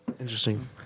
interesting